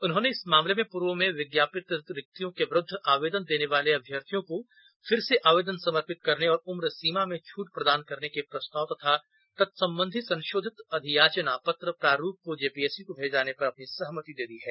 उन्होंने इस मामले में पूर्व में विज्ञापित रिक्तियों के विरुद्ध आवेदन देने वाले अभ्यर्थियों को पुनः आवेदन समर्पित करने और उम्र सीमा में छूट प्रदान करने के प्रस्ताव तथा तत्संबंधी संशोधित अधियाचना पत्र प्रारूप को जेपीएससी को भेजे जाने पर अपनी सहमति दी है